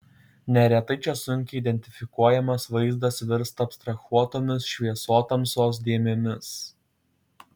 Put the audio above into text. neretai čia sunkiai identifikuojamas vaizdas virsta abstrahuotomis šviesotamsos dėmėmis